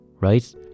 right